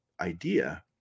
idea